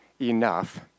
enough